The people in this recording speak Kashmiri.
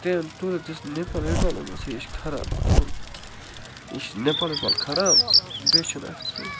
تٔمۍ تُل دِژ نِفل وِفل ووٚنمس یہِ چھُ خراب دوٚپُن یہِ چھُ نِفل وِفل خراب بیٚیہِ چھُنہٕ اَتھ کیٚنٛہہ